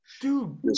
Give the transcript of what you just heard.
Dude